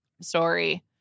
story